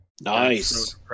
Nice